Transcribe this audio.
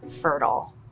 fertile